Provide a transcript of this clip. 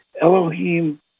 Elohim